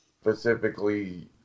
Specifically